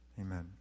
amen